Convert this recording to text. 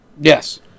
Yes